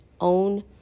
own